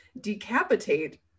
decapitate